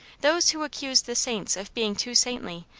those who accuse the saints of being too saintly,